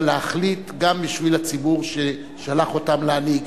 להחליט גם בשביל הציבור ששלח אותם להנהיג,